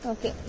Okay